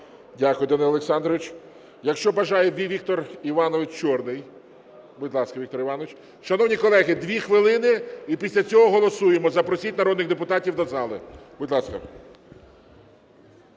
Дякую, Данило Олександрович. Якщо бажає, Віктор Іванович Чорний. Будь ласка, Віктор Іванович. Шановні колеги, дві хвилини - і після цього голосуємо. Запросіть народних депутатів до зали. Будь ласка.